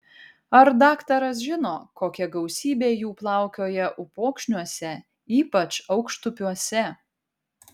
ar daktaras žino kokia gausybė jų plaukioja upokšniuose ypač aukštupiuose